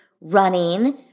running